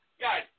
guys